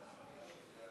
גברתי היושבת-ראש,